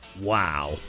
Wow